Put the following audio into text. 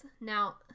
Now